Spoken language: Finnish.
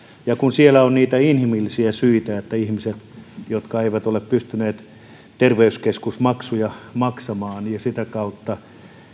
ja kun siellä on niitä inhimillisiä syitä että ihmiset eivät ole pystyneet terveyskeskusmaksuja maksamaan ja sitä kautta